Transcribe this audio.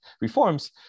reforms